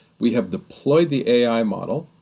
we have deployed the ai model,